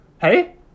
Hey